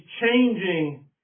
changing